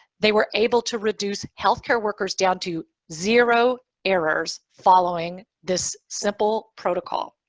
they were able to reduce healthcare workers down to zero errors following this simple protocol.